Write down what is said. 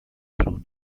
through